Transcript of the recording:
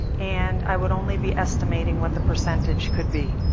and i would only be estimating what the percentage could be.